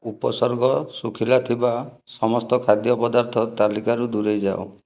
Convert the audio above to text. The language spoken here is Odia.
ଉପସର୍ଗ ଶୁଖିଲା ଥିବା ସମସ୍ତ ଖାଦ୍ୟ ପଦାର୍ଥ ତାଲିକାରୁ ଦୂରେଇ ଯାଅ